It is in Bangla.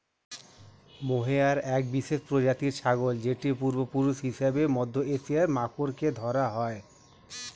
মোহেয়ার এক বিশেষ প্রজাতির ছাগল যেটির পূর্বপুরুষ হিসেবে মধ্য এশিয়ার মাখরকে ধরা হয়